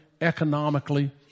economically